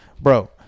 Bro